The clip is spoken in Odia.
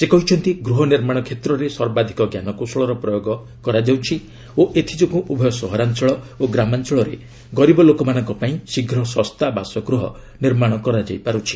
ସେ କହିଛନ୍ତି ଗୃହ ନିର୍ମାଣ କ୍ଷେତ୍ରରେ ସର୍ବାଧକ ଜ୍ଞାନକୌଶଳର ପ୍ରୟୋଗ କରାଯାଉଛି ଓ ଏଥିଯୋଗୁଁ ଉଭୟ ସହରାଞ୍ଚଳ ଓ ଗ୍ରାମାଞ୍ଚଳରେ ଗରିବ ଲୋକମାନଙ୍କପାଇଁ ଶୀଘ୍ର ଶସ୍ତା ବାସଗୃହ ନିର୍ମାଣ କରାଯାଇପାରୁଛି